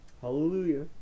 Hallelujah